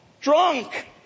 drunk